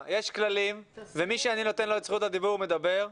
יש כללים ומי שאני נותן לו את זכות הדיבור לדבר.